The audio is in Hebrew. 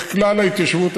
בכלל ההתיישבות,